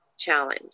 challenge